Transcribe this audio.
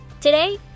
Today